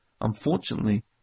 unfortunately